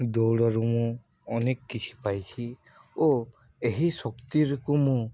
ଦୌଡ଼ରୁ ମୁଁ ଅନେକ କିଛି ପାଇଛି ଓ ଏହି ଶକ୍ତିକୁ ମୁଁ